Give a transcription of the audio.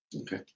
Okay